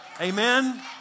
Amen